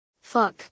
Fuck